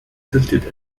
tilted